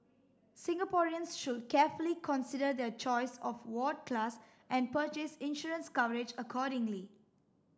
Singaporeans should carefully consider their choice of ward class and purchase insurance coverage accordingly